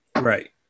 right